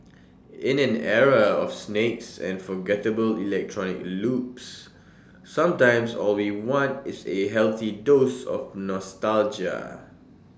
in an era of snakes and forgettable electronic loops sometimes all we want is A healthy dose of nostalgia